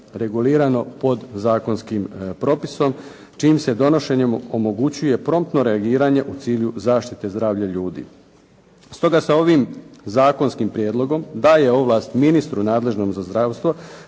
regulirano podzakonskim propisom čijim se donošenjem omogućuje promptno reagiranje u cilju zaštite zdravlja ljudi. Stoga sa ovim zakonskim prijedlogom daje ovlast ministru nadležnom za zdravstvo